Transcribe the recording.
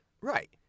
Right